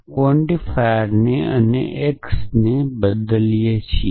આપણે ક્વોન્ટિફાયરને અને x તને બદલીએ છીએ